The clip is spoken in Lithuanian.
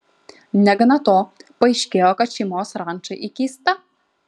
negana to paaiškėjo kad šeimos ranča įkeista